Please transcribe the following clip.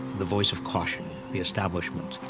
the voice of caution, the establishment.